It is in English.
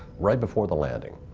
right before the landing,